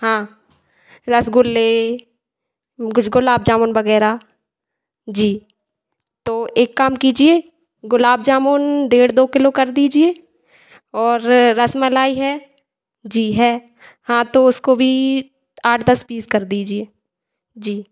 हाँ रसगुल्ले गुज गुलाब जामुन वगैरह जी तो एक काम कीजिए गुलाब जामुन डेढ़ दो किलो कर दीजिए और रसमलाई है जी है हाँ तो उसको भी आठ दस पीस कर दीजिए जी